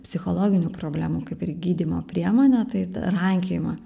psichologinių problemų kaip ir gydymo priemonę tai tą rankiojimą